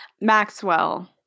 Maxwell